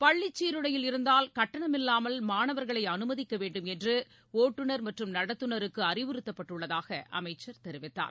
பள்ளிச் சீருடையில் இருந்தால் கட்டணமில்லாமல் மாணவர்களைஅனுமதிக்கவேண்டுமென்றுட்டுநர் மற்றும் நடத்துனருக்குஅறிவுறுத்தப்பட்டுள்ளதாகஅமைச்சர் தெரிவித்தார்